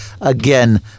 again